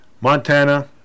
montana